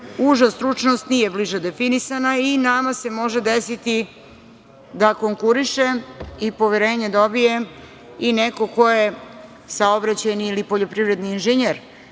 uža stručnost nije bliže definisana i nama se može desiti da konkuriše i poverenje dobije i neko ko je saobraćajni ili poljoprivredni inženjer.